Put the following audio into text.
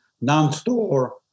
non-store